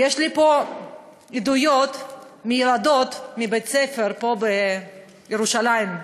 יש לי פה עדויות מילדות מבית-ספר פה בירושלים,